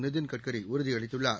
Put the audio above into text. நிதின் கட்கரி உறுதி அளித்துள்ளார்